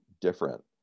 different